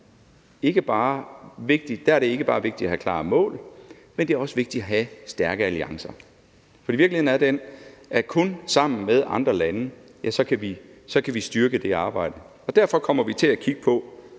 Der er det ikke bare vigtigt at have klare mål, men det er også vigtigt at have stærke alliancer. For virkeligheden er den, at kun sammen med andre lande kan vi styrke det arbejde, og derfor kommer vi til at kigge på,